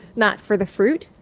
not for the fruit?